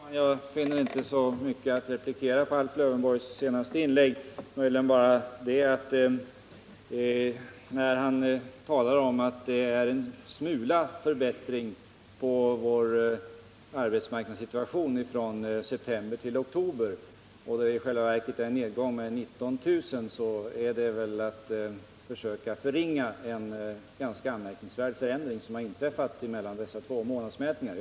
Herr talman! Jag finner inte så mycket att replikera på i Alf Lövenborgs senaste inlägg. Men när Alf Lövenborg talar om att vår arbetsmarknadssituation blivit ”en smula bättre” från september till oktober, då det i själva verket är en nedgång i arbetslösheten med 19 000 personer, är det väl att försöka förringa en ganska anmärkningsvärd förändring som har inträffat mellan de två månadsmätningarna.